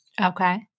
Okay